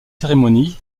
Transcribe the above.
cérémonie